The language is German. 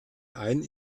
einen